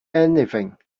anything